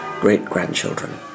great-grandchildren